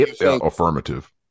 affirmative